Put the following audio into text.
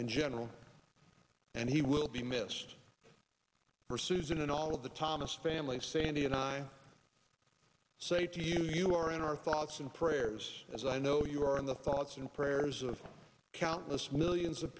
in general and he will be missed for susan and all of the thomas families sandy and i say to you you are in our thoughts and prayers as i know you are in the thoughts and prayers of countless millions of